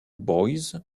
boys